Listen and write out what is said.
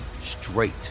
straight